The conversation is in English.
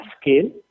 scale